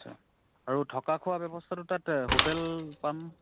আচ্ছা আৰু থকা খোৱা ব্যৱস্থাটো তাত হোটেল পাম